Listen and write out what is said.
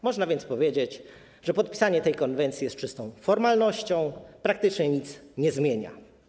Można więc powiedzieć, że podpisanie tej konwencji jest czystą formalnością, praktycznie nic nie zmienia.